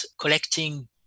collecting